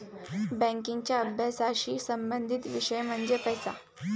बँकिंगच्या अभ्यासाशी संबंधित विषय म्हणजे पैसा